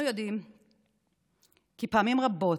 אנו יודעים כי פעמים רבות,